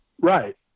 Right